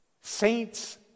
Saints